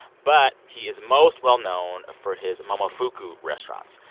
but he is most well known for his momofuku restaurants.